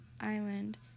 island